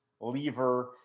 Lever